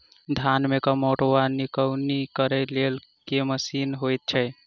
धान मे कमोट वा निकौनी करै लेल केँ मशीन होइ छै?